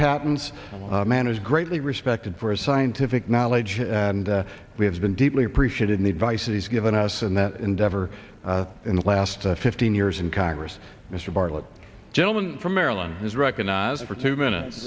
patents man is greatly respected for a scientific knowledge and we have been deeply appreciated in the devices he's given us in that endeavor in the last fifteen years in congress mr bartlett gentleman from maryland is recognized for two minutes